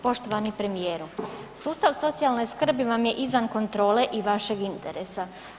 Poštovani premijeru, sustav socijalne skrbi vam je izvan kontrole i vašeg interesa.